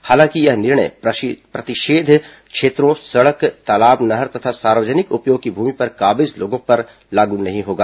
हालांकि यह निर्णय प्रतिषेध क्षेत्रों सड़क तालाब नहर तथा सार्वजनिक उपयोग की भूमि पर काबिज लोगों पर लागू नहीं होगा